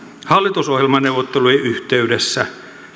hallitusohjelmaneuvottelujen yhteydessä